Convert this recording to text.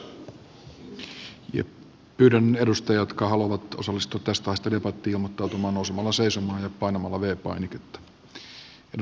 pyydän että ne edustajat jotka haluavat osallistua tästä aiheesta debattiin ilmoittautuvat nousemalla seisomaan ja painamalla v painiketta